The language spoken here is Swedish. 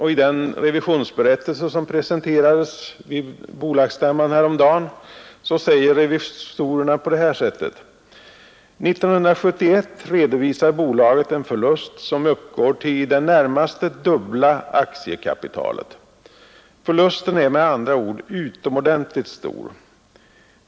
I den revisionsberättelse som presenterades vid bolagsstämman häromdagen säger revisorerna: ”1971 redovisar bolaget en förlust som uppgår till i det närmaste dubbla aktiekapitalet. Förlusten är med andra ord utomordentligt stor.